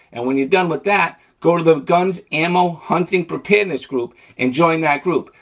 and when you're done with that go to the guns ammo hunting preparedness group and join that group,